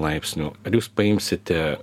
laipsnių ar jūs paimsite